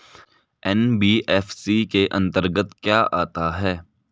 NBFC के अंतर्गत क्या आता है?